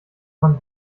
man